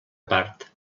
part